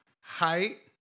height